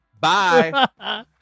Bye